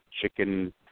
chicken